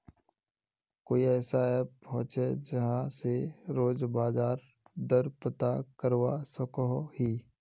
कोई ऐसा ऐप होचे जहा से रोज बाजार दर पता करवा सकोहो ही?